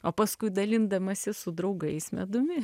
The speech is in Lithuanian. o paskui dalindamasi su draugais medumi